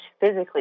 physically